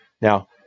Now